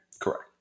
Correct